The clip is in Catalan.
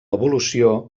evolució